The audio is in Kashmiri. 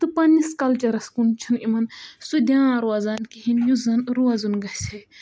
تہٕ پنٛنِس کَلچَرَس کُن چھُنہٕ یِمَن سُہ دھیان روزان کِہیٖنۍ یُس زَن روزُن گَژھِ ہے